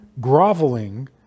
groveling